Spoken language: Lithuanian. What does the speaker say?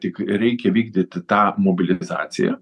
tik reikia vykdyt tą mobilizaciją